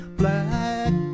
black